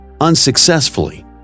unsuccessfully